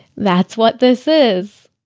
that's what this is?